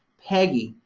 peggy,